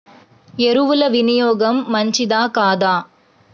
ఎరువుల వినియోగం మంచిదా కాదా?